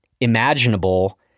imaginable